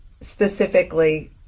specifically